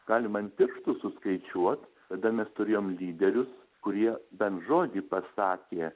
galima ant pirštų suskaičiuot kada mes turėjom lyderius kurie bent žodį pasakė